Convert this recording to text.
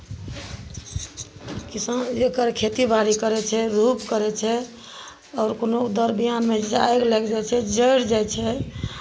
किसान जकर खेतीबाड़ी करै छै रोप करै छै आओर कोनो दर बिआनमे जे आगि लागि जाइ छै जरि जाइ छै